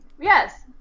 Yes